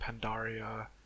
Pandaria